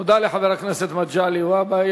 תודה לחבר הכנסת מגלי והבה.